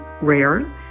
rare